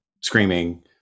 screaming